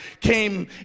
came